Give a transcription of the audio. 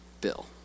Bill